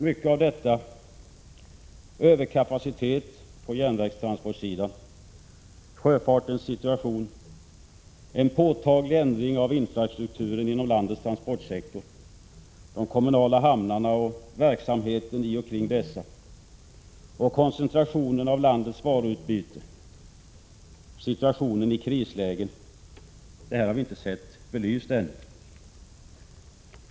Mycket av detta har vi inte belyst ännu: överkapacitet på järnvägssidan, sjöfartens situation, en påtaglig ändring av infrastrukturen inom landets transportsektor, de kommunala hamnarna och verksamheten i och omkring dessa, koncentrationen av landets varuutbyte och situationen i krislägen.